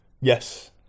Yes